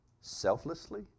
selflessly